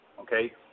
Okay